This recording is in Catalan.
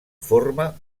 forma